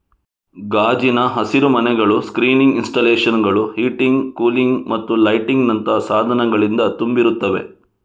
ಗಾಜಿನ ಹಸಿರುಮನೆಗಳು ಸ್ಕ್ರೀನಿಂಗ್ ಇನ್ಸ್ಟಾಲೇಶನುಳು, ಹೀಟಿಂಗ್, ಕೂಲಿಂಗ್ ಮತ್ತು ಲೈಟಿಂಗಿನಂತಹ ಸಾಧನಗಳಿಂದ ತುಂಬಿರುತ್ತವೆ